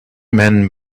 men